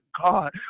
God